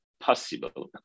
possible